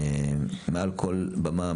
מעל כל במה,